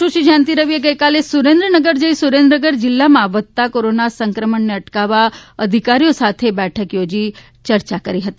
સુશ્રી જયંતી રવિએ ગઇકાલે સુરેન્દ્રનગર જઇ સુરેન્દ્રનગર જિલ્લામાં વધતા કોરોના સંક્રમણને અટકાવવા અધિકારીઓ સાથે બેઠક યોજી ચર્ચા વિચારણા કરી હતી